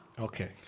Okay